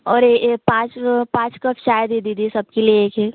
और एक पाँच पाँच कप चाय दे दीजिए सबके लिए एक एक